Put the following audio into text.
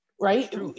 right